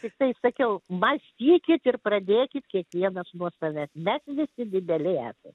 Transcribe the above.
tiktai sakiau mąstykit ir pradėkit kiekvienas nuo savęs mes visi dideli esam